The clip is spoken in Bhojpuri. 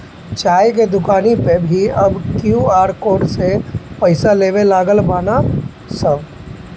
चाय के दुकानी पअ भी अब क्यू.आर कोड से पईसा लेवे लागल बानअ सन